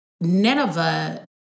Nineveh